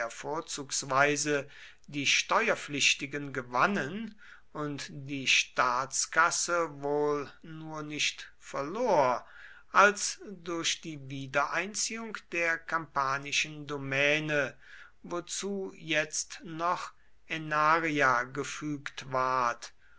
vorzugsweise die steuerpflichtigen gewannen und die staatskasse wohl nur nicht verlor als durch die wiedereinziehung der kampanischen domäne wozu jetzt noch aenaria gefügt ward